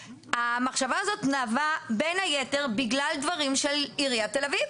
המחשבה הזאת נבעה בין היתר בגלל דברים של עיריית תל אביב,